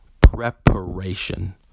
Preparation